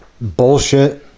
bullshit